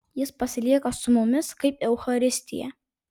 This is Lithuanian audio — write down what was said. jis pasilieka su mumis kaip eucharistija